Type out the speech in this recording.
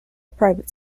private